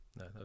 no